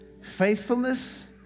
faithfulness